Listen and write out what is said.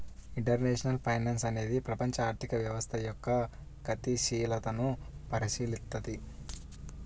international finance అనేది ప్రపంచ ఆర్థిక వ్యవస్థ యొక్క గతిశీలతను పరిశీలిత్తది